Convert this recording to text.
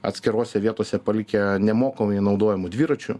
atskirose vietose palikę nemokamai naudojamų dviračių